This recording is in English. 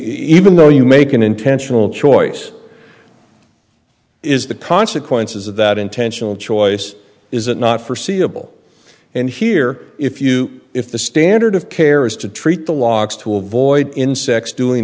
even though you make an intentional choice is the consequences of that intentional choice is it not forseeable and here if you if the standard of care is to treat the logs to avoid insects doing